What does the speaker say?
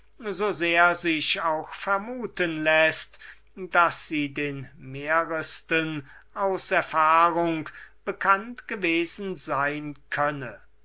so sehr sich auch vermuten läßt daß sie den mehresten aus erfahrung bekannt gewesen sein könne